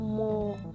more